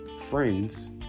friends